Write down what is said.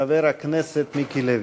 חבר הכנסת מיקי לוי.